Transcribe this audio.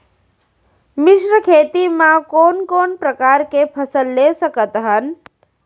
मिश्र खेती मा कोन कोन प्रकार के फसल ले सकत हन?